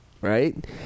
Right